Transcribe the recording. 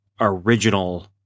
original